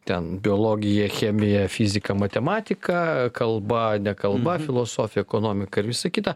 ten biologija chemija fizika matematika kalba nekalba filosofija ekonomika ir visa kita